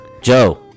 Joe